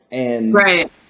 Right